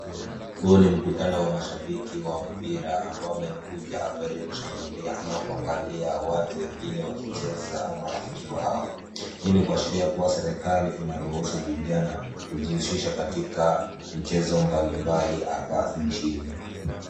Huu ni mkutano wa mashabiki wa mpira ambao wamekuja hapa ili kushangilia ama kuangalia watu wengine wakicheza au marafiki wao. Hii ni kuashiria kuwa serikali inaruhusu vijana kujihusisha katika michezo mbalimbali hapa nchini.